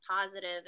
positive